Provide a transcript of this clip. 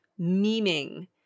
memeing